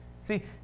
See